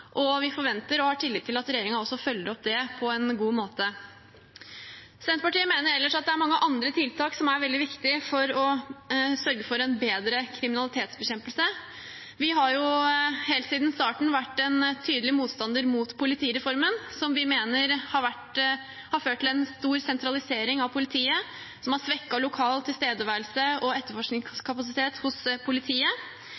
Vi forventer og har tillit til at regjeringen også følger opp det på en god måte. Senterpartiet mener ellers at det er mange andre tiltak som er veldig viktige for å sørge for en bedre kriminalitetsbekjempelse. Vi har helt siden starten vært en tydelig motstander av politireformen, som vi mener har ført til en stor sentralisering av politiet og svekket lokal tilstedeværelse og